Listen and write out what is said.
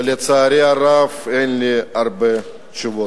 ולצערי הרב, אין לי הרבה תשובות.